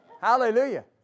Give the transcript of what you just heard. hallelujah